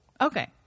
Okay